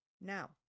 Now